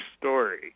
story